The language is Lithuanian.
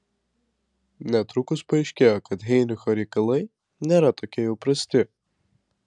netrukus paaiškėjo kad heinricho reikalai nėra tokie jau prasti